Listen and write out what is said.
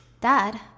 Dad